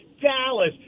Dallas